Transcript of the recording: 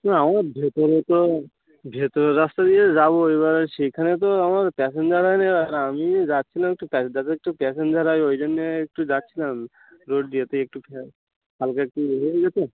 না ও ভেতরে তো ভেতরের রাস্তা দিয়ে যে যাবো এবার সেইখানে তো আমার প্যাসেঞ্জার আর নেওয়া যায় না আমি এই যাচ্ছিলাম একটু প্যাস যাতে একটু প্যাসেঞ্জার হয় ওই জন্যে একটু যাচ্ছিলাম আমি রোড দিয়ে তো একটু খেয়াল হালকা একটু এ হয়ে গেছে